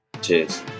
Cheers